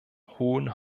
hohen